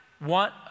want